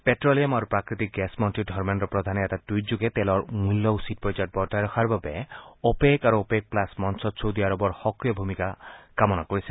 petroleum আৰু প্ৰাকৃতিক gas মন্ত্ৰী ধৰ্মেল্ৰ প্ৰধানে এটা টুইটযোগে তেলৰ মূল্য উচিত পৰ্যায়ত বৰ্তাই ৰখাৰ বাবে অপেক আৰু অপেক প্লাছ মঞ্চত ছৌদি আৰবৰ সক্ৰিয় ভূমিকা কামনা কৰিছে